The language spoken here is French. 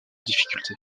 difficultés